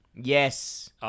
Yes